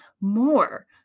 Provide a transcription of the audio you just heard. more